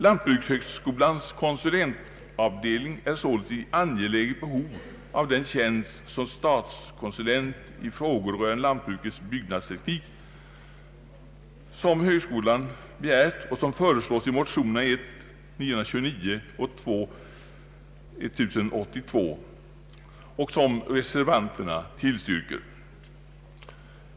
Lantbrukshögskolans konsulentavdelning är således i angeläget behov av den tjänst som statskonsulent i frågor rörande lantbrukets byggnadsteknik, vilken föreslås i motionerna I: 929 och II: 1082 och vilken tillstyrkes av reservanterna.